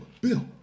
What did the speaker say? Bill